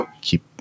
keep